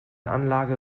anlage